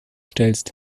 stellst